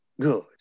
good